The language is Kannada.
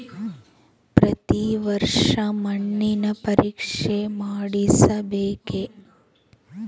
ಪ್ರತಿ ವರ್ಷ ಮಣ್ಣಿನ ಪರೀಕ್ಷೆ ಮಾಡಿಸಬೇಕೇ?